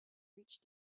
reached